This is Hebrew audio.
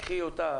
קחי אותה,